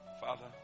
Father